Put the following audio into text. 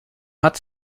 hat